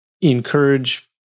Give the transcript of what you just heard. encourage